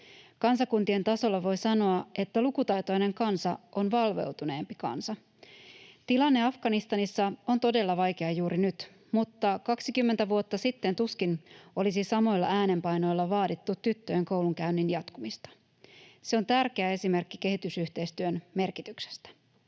Kansakuntien tasolla voi sanoa, että lukutaitoinen kansa on valveutuneempi kansa. Tilanne Afganistanissa on todella vaikea juuri nyt, mutta 20 vuotta sitten tuskin olisi samoilla äänenpainoilla vaadittu tyttöjen koulunkäynnin jatkumista. Se on tärkeä esimerkki kehitysyhteistyön merkityksestä.